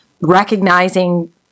recognizing